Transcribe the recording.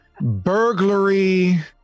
burglary